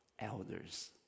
Elders